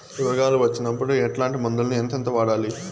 రోగాలు వచ్చినప్పుడు ఎట్లాంటి మందులను ఎంతెంత వాడాలి?